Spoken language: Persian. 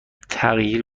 تغییر